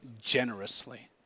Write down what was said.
generously